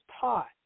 taught